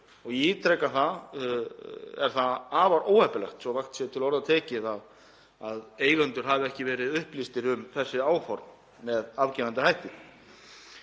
og ég ítreka það, er það afar óheppilegt, svo vægt sé til orða tekið, að eigendur hafi ekki verið upplýstir um þessi áform með afgerandi hætti.